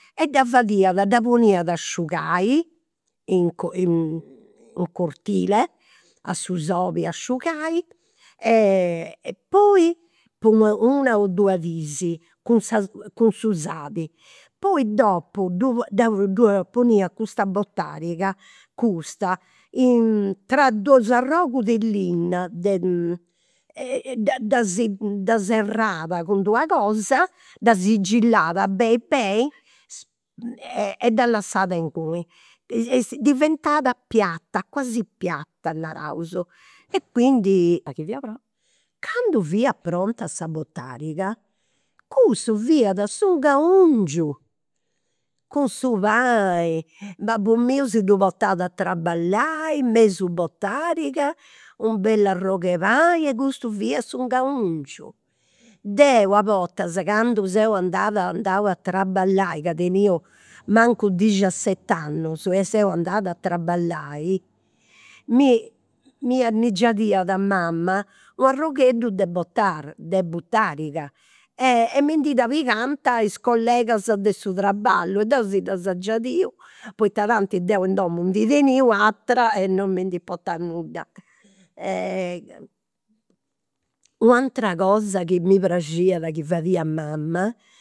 E dda fadiat. Dda poniat asciugai, in in cortile a su soli a asciugai, e poi po una o duas dis cun sa cun su sali. Poi dopo ddu poniat custa botariga custa in tra dus arrogus de linna de e dda dda dda serrat cun d'una cosa, dda sigillat beni beni e dda lassat inguni. Diventat piatta, quasi piatta, naraus. E quindi Candu fia pronta sa botariga, cussu fiat su ingaungiu, cun su pani. Babbu miu si ddu portat a traballai mesu botariga, u' bellu arrogh'e pani e custu fiat su ingaungiu. Deu a bortas, candu seu andat, andau a traballai, ca teniu mancu dixiaset'annus e seu andada a traballai, mi mi giaiat mama u' de botarga de butariga. E mi ndi dda pigant is collegas de su traballu e deu si ddas giadiu poita tanti deu in domu ndi teniu atera e non mi ind'importat nudda. U' atera cosa chi mi praxiat chi fadiat mama